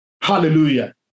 Hallelujah